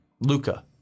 Luca